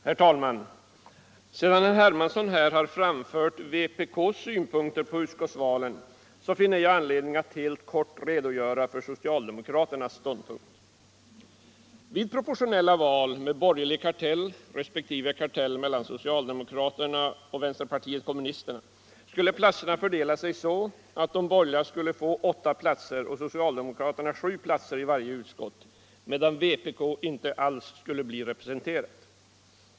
Herr talman! Sedan herr Hermansson hiär framfört vpk:s synpunkter på utskotltsvalen finner jag anledning att helt kort redogöra för socialdemokraternas ståndpunkt. Vid proportionelta vul med borgertig kartell resp. kartell mellan socialdemokraterna och vänsterpartiet kommunisterna skulle platserna fördela sig så, att de borgerliga skulle få 8 platser och socialdemokraterna 7 platser i varje utskott. medan vpk inte alls skulle bli representerat.